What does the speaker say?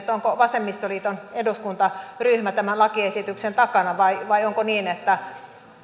onko vasemmistoliiton eduskuntaryhmä tämän lakiesityksen takana vai vai onko niin että